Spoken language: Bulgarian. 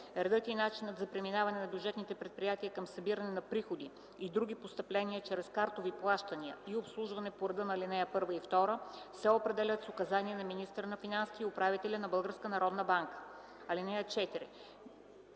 Редът и начинът за преминаване на бюджетните предприятия към събиране на приходи и други постъпления чрез картови плащания и обслужване по реда на ал. 1 и 2 се определят с указания на министъра на финансите и управителя на Българската